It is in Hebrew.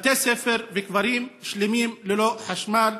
בתי ספר וכפרים שלמים ללא חשמל.